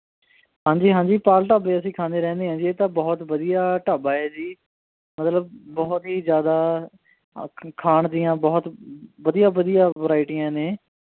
ਹਾਂਜੀ ਹਾਂਜੀ ਪਾਲ ਢਾਬੇ ਅਸੀਂ ਖਾਦੇ ਰਹਿੰਦੇ ਹਾਂ ਜੀ ਇਹ ਤਾਂ ਬਹੁਤ ਵਧੀਆ ਢਾਬਾ ਹੈ ਜੀ ਮਤਲਬ ਬਹੁਤ ਹੀ ਜ਼ਿਆਦਾ ਖਾਣ ਦੀਆਂ ਬਹੁਤ ਵਧੀਆ ਵਧੀਆ ਵੈਰਾਈਟੀਆਂ ਨੇ